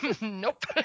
Nope